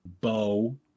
bow